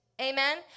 amen